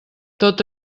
tot